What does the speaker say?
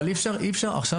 אי אפשר עכשיו